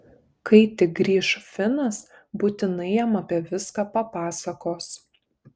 kai tik grįš finas būtinai jam apie viską papasakos